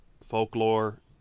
folklore